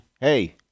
hey